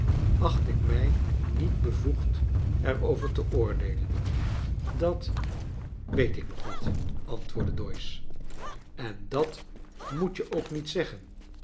acht ik mij niet bevoegd er over te oordeelen dat weet ik nog niet antwoordde doyce en dat moet je ook niet zeggen